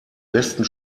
besten